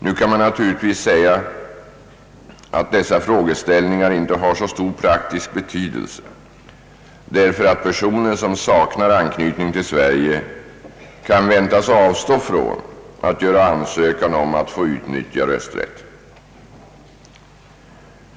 Nu kan man naturligtvis säga att dessa frågeställningar inte har så stor praktisk betydelse därför att personer som saknar anknytning till Sverige kan väntas avstå från att göra ansökan om att få utnyttja rösträtten.